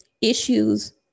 issues